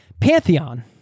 Pantheon